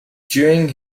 during